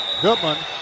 Goodman